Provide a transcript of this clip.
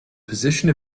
position